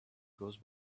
goes